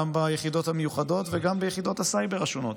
גם ביחידות המיוחדות וגם ביחידות הסייבר השונות.